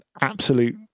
absolute